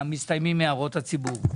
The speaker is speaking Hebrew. שמסתיימים הערות ציבור.